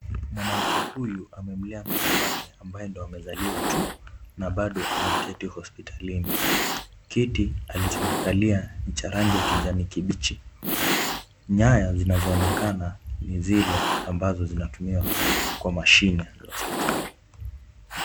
Mwanamke huyu amemlea mtoto wake ambaye ndio amezaliwa tu na bado ameketi hospitalini. Kiti alichokikalia ni cha rangi ya kijani kibichi. Nyaya zinazoonekana ni zile ambazo zinatumiwa kwa mashine ya hospitali.